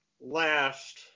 last